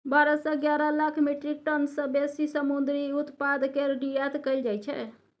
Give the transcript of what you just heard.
भारत सँ एगारह lakh metric ton सँ बेसी समुंदरी उत्पाद केर निर्यात कएल जाइ छै